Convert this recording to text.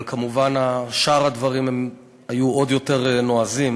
אבל כמובן שאר הדברים היו עוד יותר נועזים.